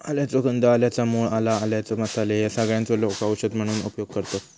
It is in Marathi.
आल्याचो कंद, आल्याच्या मूळ, आला, आल्याचे मसाले ह्या सगळ्यांचो लोका औषध म्हणून उपयोग करतत